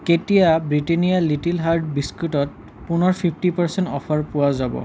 কেতিয়া Britannia little hearts বিস্কুটত পুনৰ ফিফটি পাৰ্চেণ্ট অ'ফাৰ পোৱা যাব